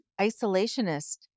isolationist